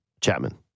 Chapman